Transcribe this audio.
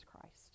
Christ